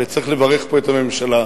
וצריך לברך פה את הממשלה,